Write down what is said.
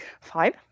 Five